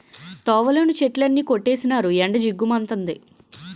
తోవలోని చెట్లన్నీ కొట్టీసినారు ఎండ జిగ్గు మంతంది